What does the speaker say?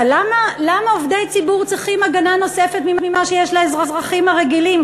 אבל למה עובדי ציבור צריכים הגנה נוספת על מה שיש לאזרחים הרגילים?